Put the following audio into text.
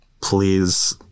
please